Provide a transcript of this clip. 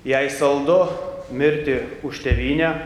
jei saldu mirti už tėvynę